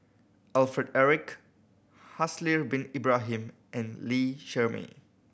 Alfred Eric Haslir Bin Ibrahim and Lee Shermay